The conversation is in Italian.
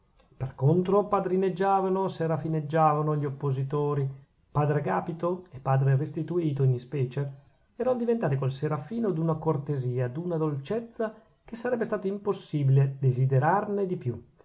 per contro padrineggiavano serafineggiavano gli oppositori padre agapito e padre restituto in ispecie erano diventati col serafino d'una cortesia d'una dolcezza che sarebbe stato impossibile desiderarne di più